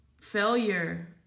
Failure